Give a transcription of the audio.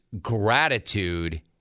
gratitude